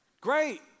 Great